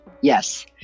Yes